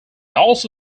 also